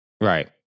right